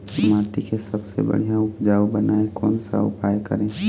माटी के सबसे बढ़िया उपजाऊ बनाए कोन सा उपाय करें?